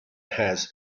has